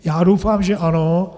Já doufám, že ano.